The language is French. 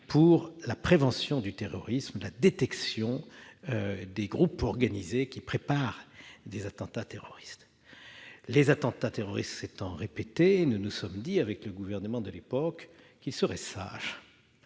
pour la prévention du terrorisme et la détection des groupes organisés préparant des attentats terroristes. Les attentats terroristes s'étant répétés, nous avons estimé avec le gouvernement de l'époque qu'il serait sage